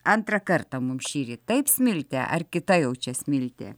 antrą kartą mums šįryt taip smilte ar kita jau čia smiltė